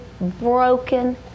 broken